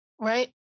Right